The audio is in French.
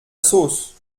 sauce